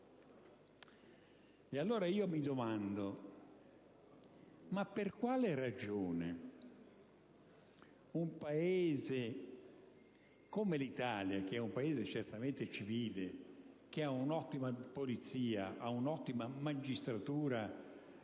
Allora, io mi domando: per quale ragione un Paese come l'Italia, che è certamente civile e che ha un'ottima polizia e un'ottima magistratura,